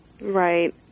Right